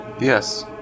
Yes